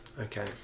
Okay